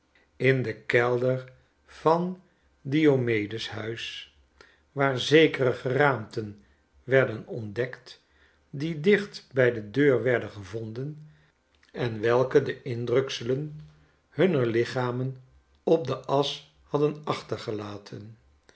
in den kelder van diomedes huis waar zekere geraamten werden ontdekt die dicht bij de deur werden gevonden en welke de indrukselen hunner lichamen op de aschhaddenachtergelaten